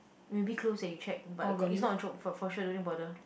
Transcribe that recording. maybe closed eh you check but got it's not on Chope for for sure no need bother